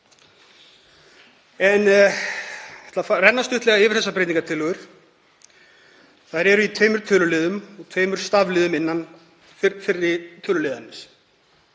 að renna stuttlega yfir þessar breytingartillögur. Þær eru í tveimur töluliðum og tveimur stafliðum innan fyrri töluliðarins.